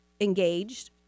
engaged